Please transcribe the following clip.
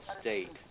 state